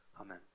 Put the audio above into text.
Amen